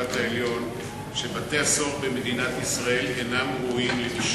בית-המשפט העליון שבתי-הסוהר במדינת ישראל אינם ראויים למשכן אדם.